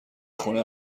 خونه